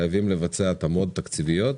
חייבים לבצע התאמות תקציביות.